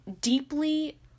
deeply